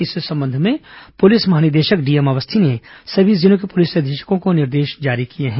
इस संबंध में पुलिस महानिदेशक डीएम अवस्थी ने सभी जिलों के पुलिस अधीक्षकों को निर्देश जारी किए हैं